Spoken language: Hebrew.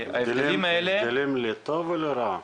הבדלים לטוב או לרע?